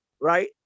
right